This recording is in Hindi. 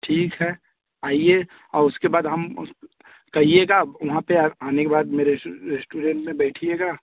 ठीक है आइए और उसके बाद हम कहिएगा वहाँ आ आने के बाद मेरे रेस्टोरेंट में बैठिएगा